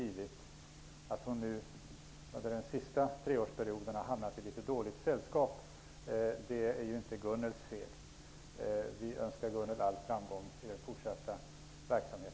Men att hon nu under den sista treårsperioden har hamnat i litet dåligt sällskap är inte hennes fel. Vi önskar Gunhild Bolander all framgång i hennes fortsatta verksamhet.